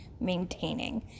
maintaining